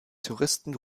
touristen